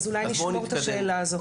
אז אולי נשמור את השאלה הזאת.